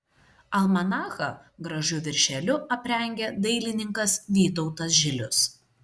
almanachą gražiu viršeliu aprengė dailininkas vytautas žilius